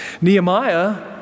Nehemiah